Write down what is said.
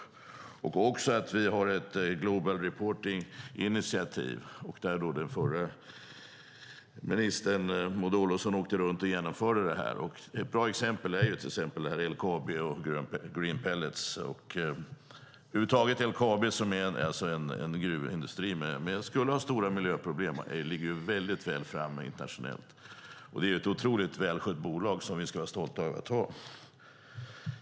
Vi har också ett global reporting initiative, vilket den förra ministern Maud Olofsson åkte runt och genomförde. Ett bra exempel är till exempel LKAB Green Pellets. Över huvud taget ligger LKAB, som är en gruvindustri och som skulle kunna ha stora miljöproblem, väldigt väl framme internationellt. Det är ett otroligt välskött bolag som vi ska vara stolta över att ha.